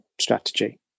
strategy